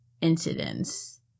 incidents